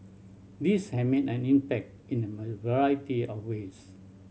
these have made an impact in a variety of ways